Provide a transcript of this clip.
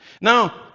Now